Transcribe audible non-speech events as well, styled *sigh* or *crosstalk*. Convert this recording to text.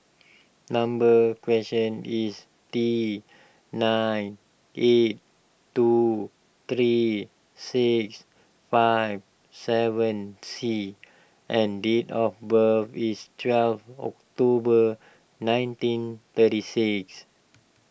number *unintelligible* is T nine eight two three six five seven C and date of birth is twelve October nineteen thirty six